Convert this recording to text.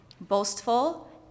boastful